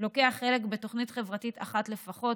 לוקח חלק בתוכנית חברתית אחת לפחות,